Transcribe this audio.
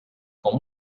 com